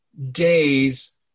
days